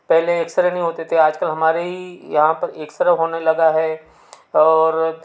पहले X ray नहीं होते थे आजकल हमारे ही यहाँ पर एक्स रे होने लगा है और